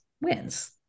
wins